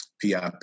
PIP